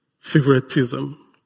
Favoritism